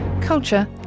culture